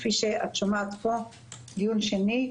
כפי שאת שומעת פה בדיון שני,